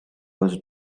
was